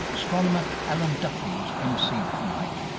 astronomer alan duffy was mc that night.